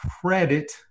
credit